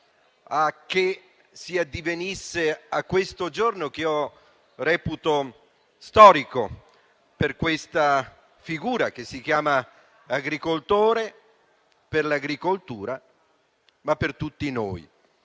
a che si addivenisse a questo giorno che reputo storico per quella figura che si chiama agricoltore, per l'agricoltura e per tutti noi.